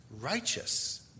righteous